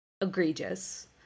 egregious